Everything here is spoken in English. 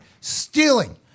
stealing